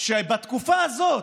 שבתקופה הזאת,